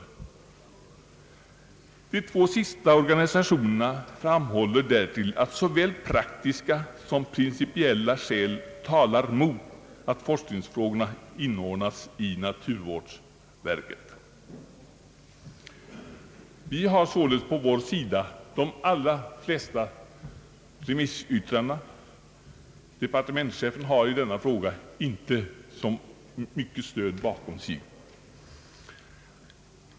De två sista organisationerna framhåller därtill att såväl praktiska som principiella skäl talar mot att forskningsfrågorna inordnas i naturvårdsverket. Vi reservanter har således de allra flesta remissyttrandena på vår sida. Departementschefen har i denna fråga inte så starkt stöd bakom sig.